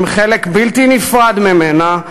הם חלק בלתי נפרד ממנה.